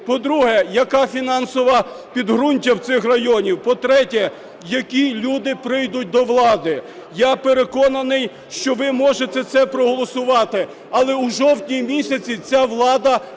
по-друге, яке фінансове підґрунтя в цих районів; по-третє, які люди прийдуть до влади. Я переконаний, що ви можете це проголосувати, але у жовтні місяці ця влада